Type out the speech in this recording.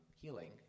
Healing